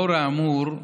נוכח האמור,